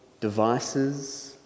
devices